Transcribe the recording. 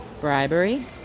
Bribery